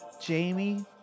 Jamie